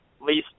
least